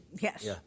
Yes